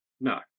No